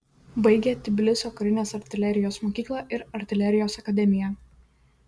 baigė tbilisio karinės artilerijos mokyklą ir artilerijos akademiją